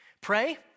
pray